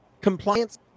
Compliance